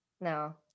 No